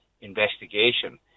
investigation